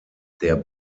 der